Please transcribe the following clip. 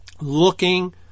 Looking